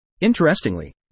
Interestingly